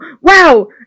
Wow